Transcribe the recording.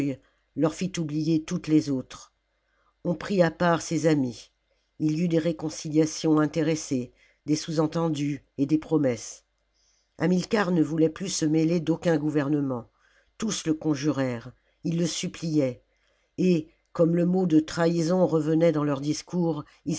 leur fit oublier toutes les autres on prit à part ses amis ii y eut des réconciliations intéressées des sous-entendus et des promesses hamilcar ne voulait plus se mêler d'aucun gouvernement tous le conjurèrent ils le suppliaient et comme le mot de trahison revenait dans leurs discours